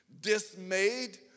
dismayed